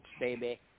baby